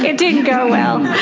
ah didn't go well.